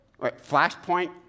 Flashpoint